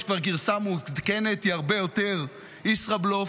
יש כבר גרסה מעודכנת, היא הרבה יותר ישראבלוף.